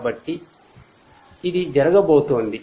కాబట్టి ఇది జరగబోతోంది